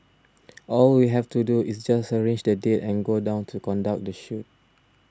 all we have to do is just arrange the date and go down to conduct the shoot